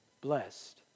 Blessed